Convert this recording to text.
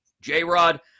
J-Rod